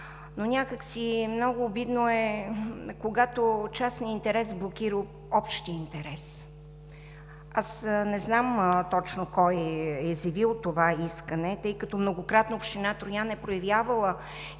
но някак си е много обидно, когато частният интерес блокира общия интерес. Аз не знам точно кой е изявил това искане, тъй като многократно община Троян е проявявала